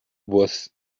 was